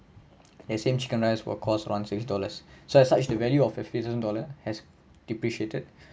that same chicken rice will cost around six dollars so as such the value of fifty thousand dollar has depreciated